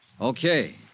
Okay